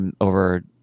over